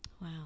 Wow